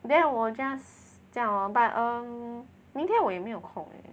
then 我 just 这样 lor but err 明天我也没有空 eh